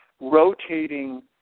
rotating